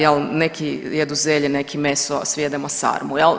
Jel neki jedu zelje, neki meso, a svi jedemo sarmu jel.